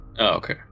Okay